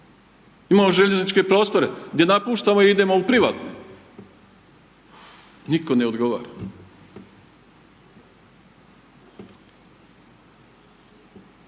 imamo željezničke prostore gdje napuštamo i idemo u privatne, nitko ne odgovara.